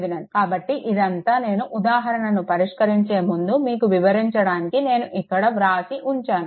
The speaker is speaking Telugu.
కాబట్టి ఇది అంతా నేను ఉదాహరణను పరిష్కరించే ముందు మీకు వివరించడానికి నేను ఇక్కడ వ్రాసి ఉంచాను